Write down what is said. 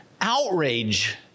outrage